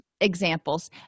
examples